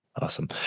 Awesome